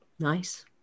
Nice